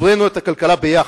הבראנו את הכלכלה ביחד.